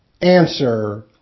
Answer